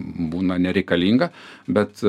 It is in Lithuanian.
būna nereikalinga bet